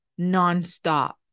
nonstop